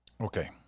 Okay